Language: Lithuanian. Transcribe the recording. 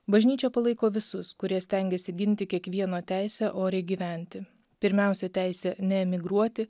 bažnyčia palaiko visus kurie stengiasi ginti kiekvieno teisę oriai gyventi pirmiausia teisė neemigruoti